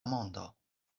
mondo